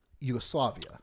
Yugoslavia